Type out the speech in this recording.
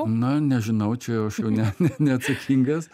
na nežinau čia jau aš jau ne neatsakingas